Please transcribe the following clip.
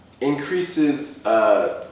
increases